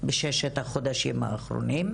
בששת החודשים האחרונים,